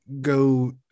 go